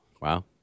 Wow